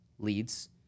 leads